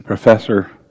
professor